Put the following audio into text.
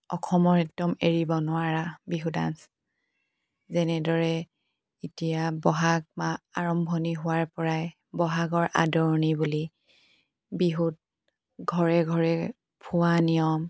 অসমৰ একদম এৰিব নোৱাৰা বিহু ডাঞ্চ যেনেদৰে এতিয়া বহাগ মাহ আৰম্ভণি হোৱাৰ পৰাই বহাগৰ আদৰণি বুলি বিহুত ঘৰে ঘৰে ফুৰা নিয়ম